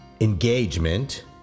engagement